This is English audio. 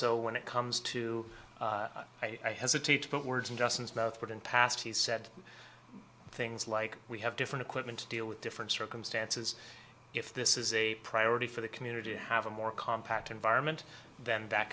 so when it comes to i hesitate to put words in dozens of mouth but in past he said things like we have different equipment to deal with different circumstances if this is a priority for the community to have a more compact environment then that